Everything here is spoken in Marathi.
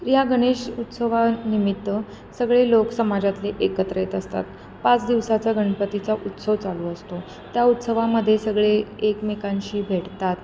या गणेश उत्सवानिमित्त सगळे लोक समाजातले एकत्र येत असतात पाच दिवसाचा गणपतीचा उत्सव चालू असतो त्या उत्सवामध्ये सगळे एकमेकांशी भेटतात